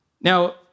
Now